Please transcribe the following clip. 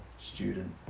student